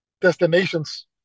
destinations